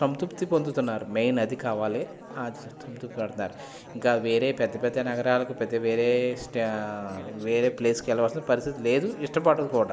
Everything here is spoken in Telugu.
సంతృప్తి పొందుతున్నారు మెయిన్ అది కావాలి ఇంకా వేరే పెద్ద పెద్ద నగరాలకు పెద్ద వేరే వేరే ప్లేస్కి వెళ్ళవలసిన పరిస్థితి లేదు ఇష్టపడరు కూడా